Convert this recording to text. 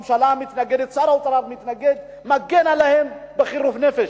ששר האוצר מתנגד ומגן עליהם בחירוף נפש?